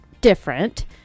different